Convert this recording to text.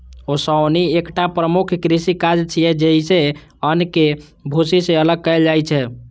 ओसौनी एकटा प्रमुख कृषि काज छियै, जइसे अन्न कें भूसी सं अलग कैल जाइ छै